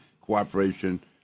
cooperation